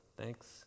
thanks